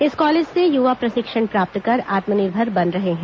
इस कॉलेज से युवा प्रशिक्षण प्राप्त कर आत्मनिर्भर बन रहे हैं